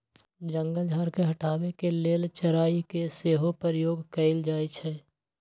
जंगल झार के हटाबे के लेल चराई के सेहो प्रयोग कएल जाइ छइ